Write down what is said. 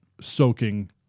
soaking